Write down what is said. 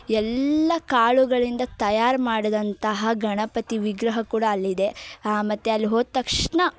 ಎಲ್ಲ ಕಾಳುಗಳಿಂದ ತಯಾರು ಮಾಡಿದಂತಹ ಗಣಪತಿ ವಿಗ್ರಹ ಕೂಡ ಅಲ್ಲಿ ಇದೆ ಮತ್ತು ಅಲ್ಲಿ ಹೋದ ತಕ್ಷಣ